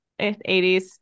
80s